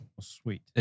Sweet